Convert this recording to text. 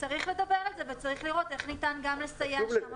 צריך לדבר על זה וצריך לראות איך ניתן לסייע גם שם,